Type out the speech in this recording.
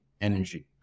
energy